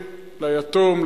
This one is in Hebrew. ליתום,